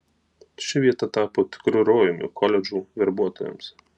ši vieta tapo tikru rojumi koledžų verbuotojams